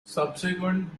subsequent